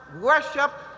worship